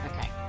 okay